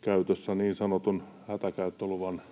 käytössä niin sanotun hätäkäyttöluvan